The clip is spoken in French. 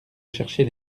chercher